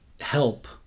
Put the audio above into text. help